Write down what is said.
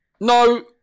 No